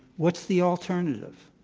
what's the alternative?